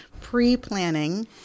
pre-planning